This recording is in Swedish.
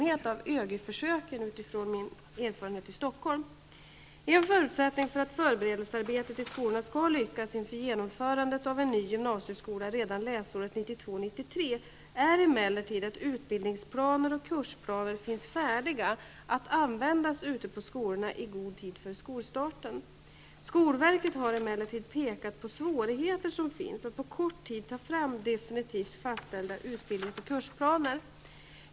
En förutsättning för att förberedelsearbetet i skolorna skall lyckas inför genomförandet av en ny gymnasieskola redan läsåret 1992/93 är emellertid att utbildningsplaner och kursplaner finns färdiga att användas ute på skolorna i god tid före skolstarten. Skolverket har emellertid pekat på de svårigheter som finns att på kort tid ta fram definitivt fastställda utbildnings och kursplaner.